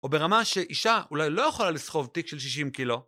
או ברמה שאישה אולי לא יכולה לסחוב תיק של 60 קילו.